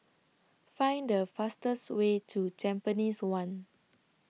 Find The fastest Way to Tampines one